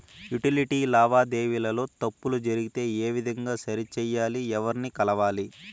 Utility లావాదేవీల లో తప్పులు జరిగితే ఏ విధంగా సరిచెయ్యాలి? ఎవర్ని కలవాలి?